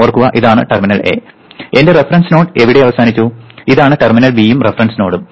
ഓർക്കുക ഇതാണ് terminal A എന്റെ റഫറൻസ് നോഡ് അവിടെ അവസാനിച്ചു ഇതാണ് ടെർമിനൽ ബിയും റഫറൻസ് നോഡും